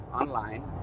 online